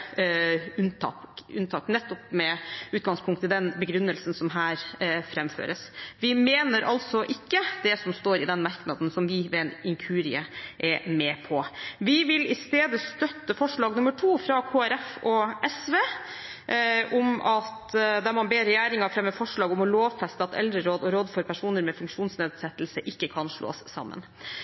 unntak, nettopp med utgangspunkt i den begrunnelsen som framføres her. Vi mener altså ikke det som står i den merknaden som vi ved en inkurie er med på. Vi vil i stedet støtte forslag nr. 2, fra Kristelig Folkeparti og SV, der man «ber regjeringen fremme forslag om å lovfeste at eldreråd og råd for personer med funksjonsnedsettelse ikke kan slås sammen».